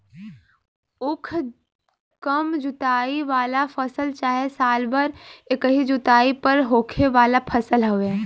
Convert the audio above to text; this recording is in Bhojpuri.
उख कम जुताई वाला फसल चाहे साल भर एकही जुताई पर होखे वाला फसल हवे